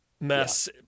mess